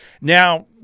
Now